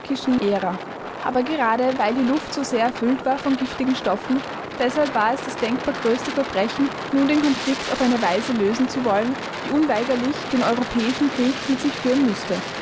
aber gerade weil die luft so sehr erfüllt war von giftigen stoffen deshalb war es das denkbar größte verbrechen nun den konflikt auf eine weise lösen zu wollen die unweigerlich den europäischen krieg mit sich führen mußte